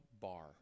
bar